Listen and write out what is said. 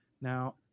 Now